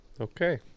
okay